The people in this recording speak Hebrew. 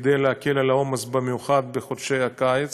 כדי להקל את העומס, במיוחד בחודשי הקיץ.